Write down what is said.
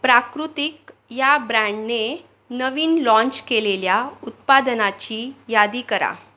प्राकृतिक या ब्रँडने नवीन लाँच केलेल्या उत्पादनाची यादी करा